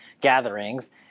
gatherings